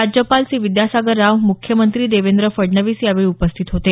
राज्यपाल सी विद्यासागर राव मुख्यमंत्री देवेंद्र फडणवीस यावेळी उपस्थित होते